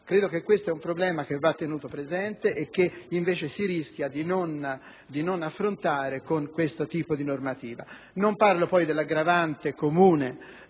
Credo che questo sia un problema da tenere presente e che invece si rischia di non affrontare con questo tipo di normativa. Non parlo poi dell'aggravante comune